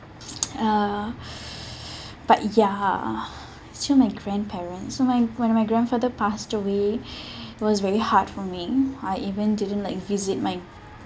uh but ya it's still my grandparents so my when my grandfather passed away it was very hard for me I even didn't like visit my